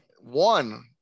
One